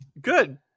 Good